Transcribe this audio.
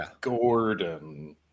Gordon